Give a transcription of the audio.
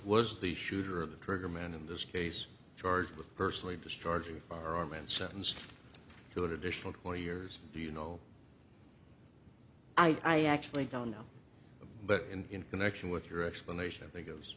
was the shooter of the trigger man in this case charged with personally discharging a firearm and sentenced to an additional twenty years do you know i actually don't know but in connection with your explanation that goes